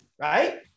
right